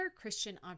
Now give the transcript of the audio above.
Christian